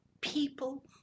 people